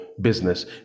business